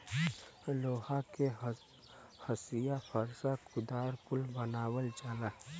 लोहा के हंसिआ फर्सा कुदार कुल बनावल जाला